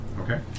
Okay